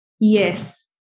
Yes